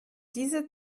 diese